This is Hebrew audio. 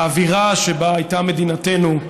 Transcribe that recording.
באווירה שבה הייתה מדינתנו,